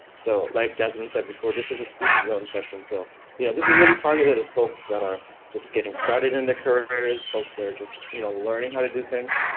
so like jasmine said before, this is a student zone session, so you know this is really targeted at folks that are just getting started in the couriers folks that are just you know learning how to do things.